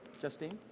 justine?